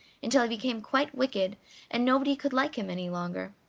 until he became quite wicked and nobody could like him any longer.